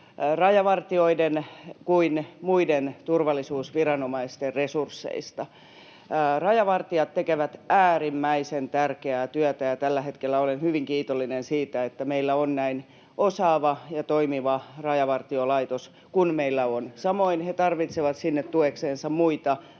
rajavartijoiden kuin muiden turvallisuusviranomaisten resursseista. Rajavartijat tekevät äärimmäisen tärkeää työtä, ja tällä hetkellä olen hyvin kiitollinen siitä, että meillä on näin osaava ja toimiva Rajavartiolaitos kuin meillä on. [Petri Huru: Sekä ministeri!] Samoin he tarvitsevat sinne tuekseen muita